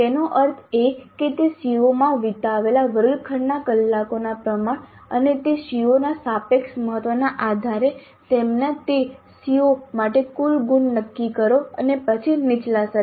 તેનો અર્થ એ કે તે CO માં વિતાવેલા વર્ગખંડના કલાકોના પ્રમાણ અને તે CO ના સાપેક્ષ મહત્વના આધારે તમે તે CO માટે કુલ ગુણ નક્કી કરો અને પછી નીચલા સ્તરે